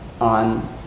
on